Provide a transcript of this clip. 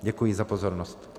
Děkuji za pozornost.